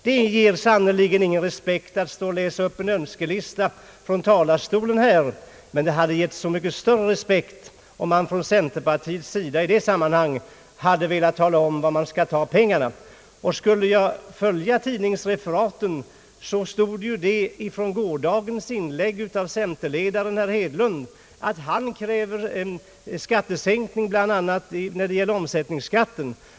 Det ger sannerligen ingen respekt att läsa upp en Önskelista här i talarstolen, men det hade givit så mycket större respekt om man från centerpartiets sida i detta sammanhang hade velat tala om var man skall ta pengarna. dagens inlägg skattesänkning, bl.a. i fråga om omsättningsskatten.